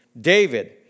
David